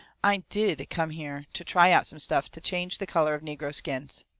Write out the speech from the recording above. i did come here to try out some stuff to change the colour of negro skins.